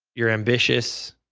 you're ambitious,